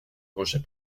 rejet